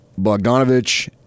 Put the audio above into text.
Bogdanovich